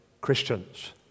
Christians